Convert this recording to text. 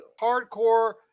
hardcore